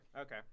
Okay